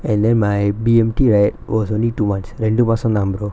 and then my B_M_T right was only two months ரெண்டு மாசந்தா:rendu maasanthaa brother